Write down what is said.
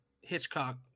Hitchcock